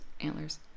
Antlers